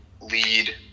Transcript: lead